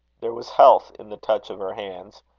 there was health in the touch of her hands,